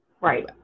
Right